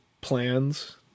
plans